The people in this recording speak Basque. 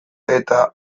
eta